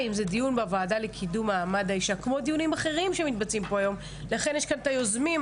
זהו דיון בוועדה לקידום מעמד האישה וכאן מדברים על נשים